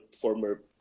former